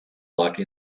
like